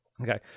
Okay